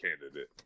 candidate